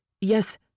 Yes